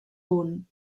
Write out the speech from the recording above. punt